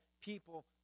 people